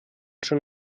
schon